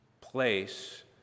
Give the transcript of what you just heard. place